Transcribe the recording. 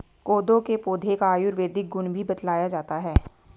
कोदो के पौधे का आयुर्वेदिक गुण भी बतलाया जाता है